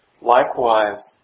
Likewise